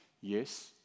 Yes